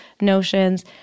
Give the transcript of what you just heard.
notions